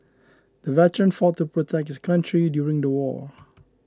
the veteran fought to protect his country during the war